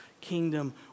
kingdom